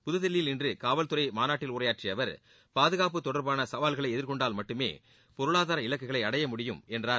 புதுதில்லியில் இன்று காவல்துறை மாநாட்டில் உரையாற்றிய அவர் பாதுகாப்பு தொடர்பான சவால்களை எதிர்கொண்டால் மட்டுமே பொருளாதார இலக்குகளை அடைய முடியும் என்றார்